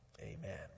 Amen